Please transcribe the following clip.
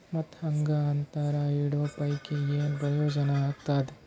ಮತ್ತ್ ಹಾಂಗಾ ಅಂತರ ಇಡೋ ಪೈಕಿ, ಏನ್ ಪ್ರಯೋಜನ ಆಗ್ತಾದ?